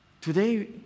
Today